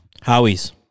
Howie's